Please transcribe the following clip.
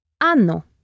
ano